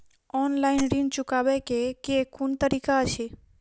Offline ऋण चुकाबै केँ केँ कुन तरीका अछि?